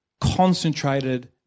concentrated